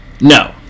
no